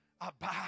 abide